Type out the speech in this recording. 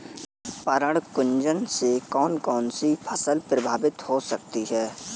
पर्ण कुंचन से कौन कौन सी फसल प्रभावित हो सकती है?